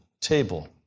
table